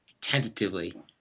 tentatively